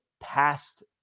past